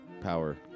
Power